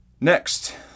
Next